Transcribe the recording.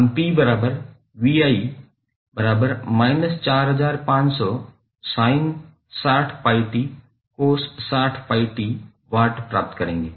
हम 𝑝𝑣𝑖−4500sin60𝜋𝑡cos60𝜋𝑡 W प्राप्त करेंगे